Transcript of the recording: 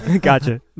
Gotcha